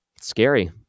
Scary